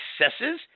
Successes